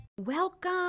Welcome